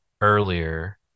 earlier